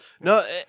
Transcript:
No